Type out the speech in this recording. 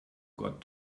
got